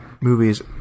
movies